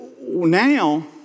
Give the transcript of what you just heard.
now